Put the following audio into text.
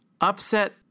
Upset